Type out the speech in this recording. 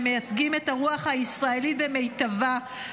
הם מייצגים את הרוח הישראלית במיטבה,